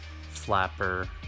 flapper